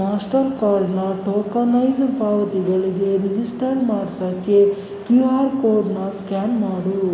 ಮಾಸ್ಟರ್ಕಾರ್ಡನ್ನ tokenised ಪಾವತಿಗಳಿಗೆ register ಮಾಡ್ಸೋಕ್ಕೆ Q R ಕೋಡನ್ನ ಸ್ಕ್ಯಾನ್ ಮಾಡು